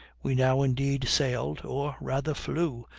we now indeed sailed, or rather flew,